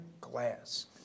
glass